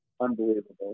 unbelievable